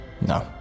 No